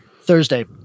Thursday